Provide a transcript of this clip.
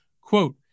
Quote